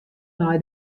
nei